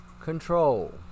control